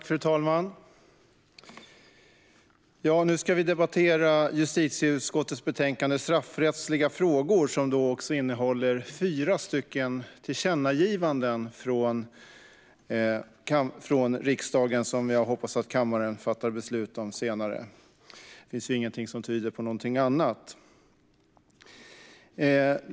Fru talman! Nu ska vi debattera justitieutskottets betänkande Straffrättsliga frågor , som också innehåller fyra förslag till tillkännagivanden från riksdagen som jag hoppas att kammaren fattar beslut om senare. Det finns ingenting som tyder på någonting annat.